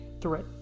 threat